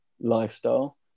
lifestyle